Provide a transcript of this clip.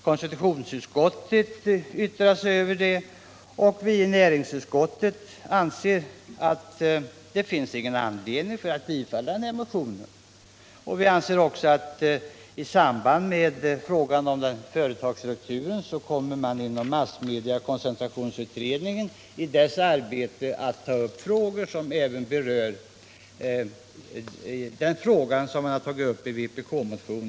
Konstitutionsutskottet har yttrat sig över den, och vi i näringsutskottet anser inte att det finns anledning att tillstyrka motionen. Massmediakoncentrations utredningen kommer i sitt arbete i samband med frågan om företagsstrukturen att ta upp även denna fråga.